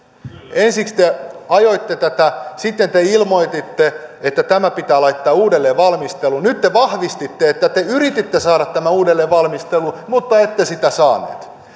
ensiksi te ajoitte tätä sitten te ilmoititte että tämä pitää laittaa uudelleen valmisteluun nyt te vahvistitte että te yrititte saada tämän uudelleen valmisteluun mutta ette saanut